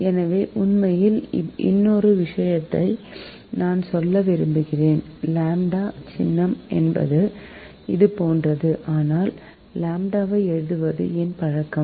எனவே உண்மையில் இன்னொரு விஷயத்தை நான் சொல்ல விரும்புகிறேன் லம்ப்டா சின்னம் இது போன்றது ஆனால் லம்ப்டாவை எழுதுவது என் பழக்கம்